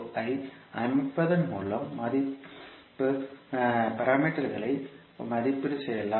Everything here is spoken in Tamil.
ஐ அமைப்பதன் மூலம் மதிப்பு பாராமீட்டர்களை மதிப்பீடு செய்யலாம்